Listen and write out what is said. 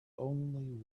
only